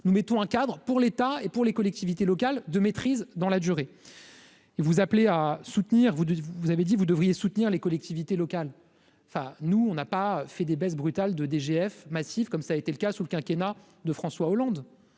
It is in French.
nous mettons un cadre pour l'État et pour les collectivités locales de maîtrise dans la durée. Vous appelez à soutenir, vous dites, vous, vous avez dit : vous devriez soutenir les collectivités locales, enfin nous on n'a pas fait des baisses brutales de DGF massive, comme ça a été le cas sous le quinquennat de François Hollande